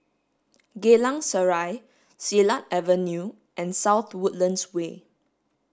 Geylang Serai Silat Avenue and South Woodlands Way